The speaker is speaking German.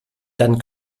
dann